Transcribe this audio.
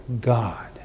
God